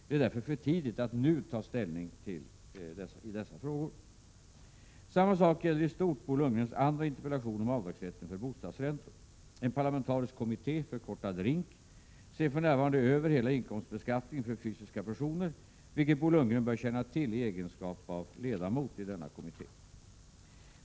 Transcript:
Det är därför för tidigt att nu ta ställning i dessa frågor. Samma sak gäller i stort Bo Lundgrens andra interpellation om avdragsrätten för bostadsräntor. En parlamentarisk kommitté, RINK, ser för närvarande över hela inkomstbeskattningen för fysiska personer, vilket Bo Lundgren bör känna till i egenskap av ledamot i denna kommitté.